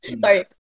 Sorry